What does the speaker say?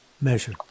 measure